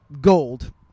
Gold